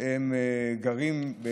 שהם גרים,